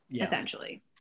essentially